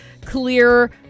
clear